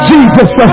Jesus